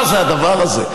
מה זה הדבר הזה?